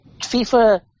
FIFA